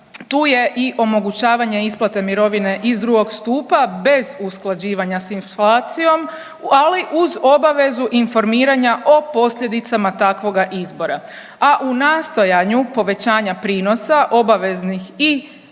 tu je i omogućavanje isplate mirovine iz II. stupa bez usklađivanja s inflacijom, ali uz obavezu informiranja o posljedicama takvoga izbora, a u nastojanju povećanja prinosa obaveznih i